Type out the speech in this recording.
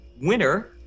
winner